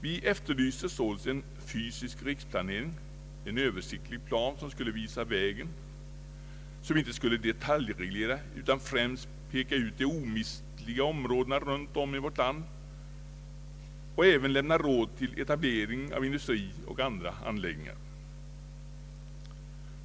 Vi efterlyste således en fysisk riksplanering, en översiktlig plan som skulle visa vägen, som inte skulle detaljreglera utan främst peka ut de omistliga områdena runt om i vårt land och även lämna råd till etablering av industrier och andra anläggningar.